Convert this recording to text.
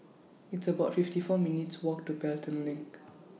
It's about fifty four minutes' Walk to Pelton LINK